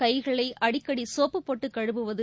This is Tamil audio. கைகளை அடக்கடிசோப்பு போட்டுகழுவுவது